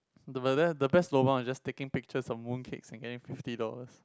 the but then the best lobang is just taking pictures of mooncakes and getting fifty dollars